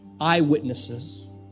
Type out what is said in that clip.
Eyewitnesses